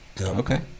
Okay